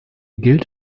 gilt